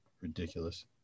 ridiculous